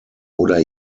oder